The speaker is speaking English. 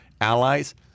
allies